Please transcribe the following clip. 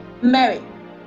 Mary